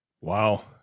Wow